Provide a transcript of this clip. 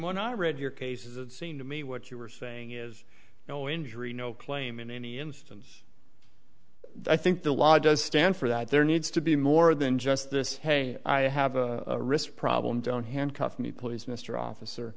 when i read your cases it seemed to me what you were saying is no injury no claim in any instance i think the law does stand for that there needs to be more than just this hey i have a wrist problem don't handcuff me please mr officer